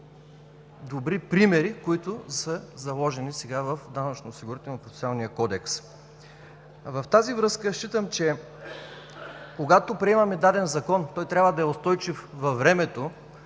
добри примери, които са заложени сега в Данъчно-осигурителния процесуален кодекс. В тази връзка считам, че когато приемаме даден закон, той трябва да е устойчив във времето,